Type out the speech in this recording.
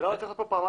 לא צריך פעמיים.